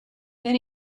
then